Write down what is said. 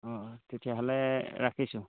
অঁ তেতিয়াহ'লে ৰাখিছোঁ